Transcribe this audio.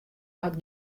hat